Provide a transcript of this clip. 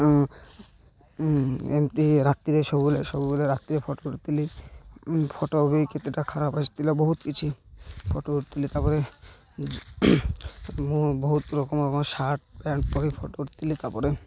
ଏମିତି ରାତିରେ ସବୁବେଳେ ସବୁବେଳେ ରାତିରେ ଫଟୋ ଉଠାଇଥିଲି ଫଟୋ ବି କେତେଟା ଖରାପ ଆସିଥିଲା ବହୁତ କିଛି ଫଟୋ ଉଠାଇଥିଲି ତା'ପରେ ମୁଁ ବହୁତ ରକମ ସାର୍ଟ ପ୍ୟାଣ୍ଟ ଫଟୋ ଉଠାଇଥିଲି ତା'ପରେ